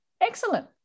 excellent